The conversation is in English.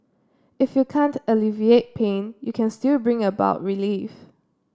if you can't alleviate pain you can still bring about relief